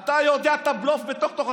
אתה בושה לבית הזה.